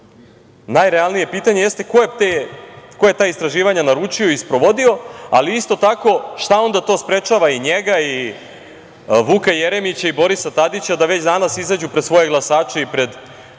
najrealnije pitanje, jeste ko je ta istraživanja naučio i sprovodio, ali isto tako šta onda to sprečava i njega i Vuka Jeremića i Borisa Tadića da već danas izađu pred svoje glasače i pred